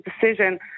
decision